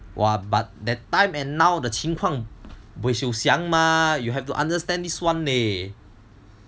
!wah! but that time and now the 情况 buay siu xiang mah you have to understand this [one] leh